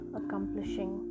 accomplishing